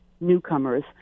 newcomers